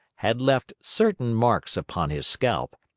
had left certain marks upon his scalp,